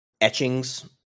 etchings